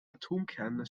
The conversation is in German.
atomkerne